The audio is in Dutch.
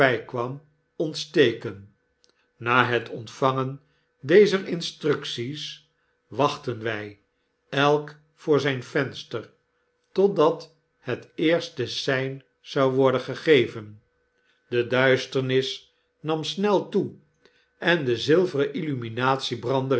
voorbykwam ontsteken na het ontvangen dezer instructies wachtten wy elk voor zyn venster totdat het eerste sein zou worden gegeven de duisternis nam snel toe en de zilveren illuminatie